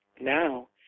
now